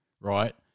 right